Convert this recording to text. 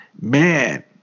Man